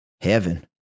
Heaven